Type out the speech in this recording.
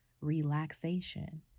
relaxation